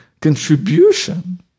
contribution